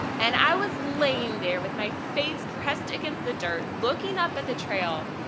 and i was laying there with my face pressed against the dirt looking up at the trail,